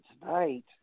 tonight